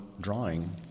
drawing